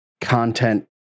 content